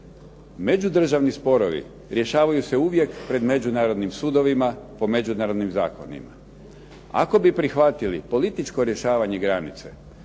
Međudržavni sporovi rješavaju se uvijek pred međunarodnim sudovima, po međunarodnim zakonima. Ako bi prihvatili političko rješavanje granice,